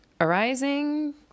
arising